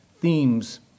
themes